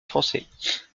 français